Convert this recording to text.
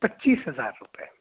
پچیس ہزار روپئے